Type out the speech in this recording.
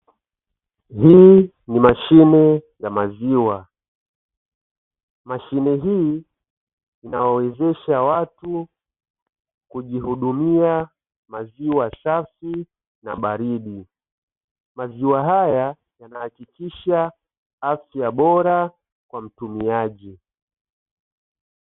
Hii ni mashine ya maziwa. Mashine hii inayowezesha watu kujihudumia maziwa safi na baridi. Maziwa haya yanahakikisha afya bora kwa mtumiaji.